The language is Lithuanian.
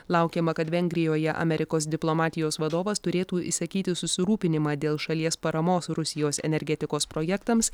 laukiama kad vengrijoje amerikos diplomatijos vadovas turėtų išsakyti susirūpinimą dėl šalies paramos rusijos energetikos projektams